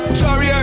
sorry